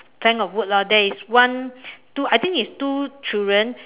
plank of wood lah there is one two I think it's two children